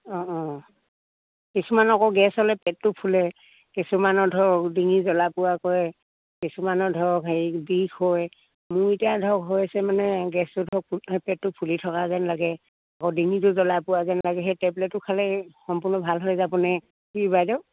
অঁ অঁ কিছুমান আকৌ গেছ হ'লে পেটটো ফুলে কিছুমানৰ ধৰক ডিঙি জ্বলা পোৰা কৰে কিছুমানৰ ধৰক হেৰি বিষ হয় মোৰ এতিয়া ধৰক হৈছে মানে গেছটো ধৰক পেটটো ফুলি থকা যেন লাগে আকৌ ডিঙিটো জ্বলা পোৰা যেন লাগে সেই টেবলেটো খালে সম্পূৰ্ণ ভাল হৈ যাব নে কি বাইদেউ